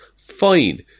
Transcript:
Fine